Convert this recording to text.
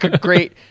great